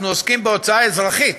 אנחנו עוסקים בהוצאה אזרחית.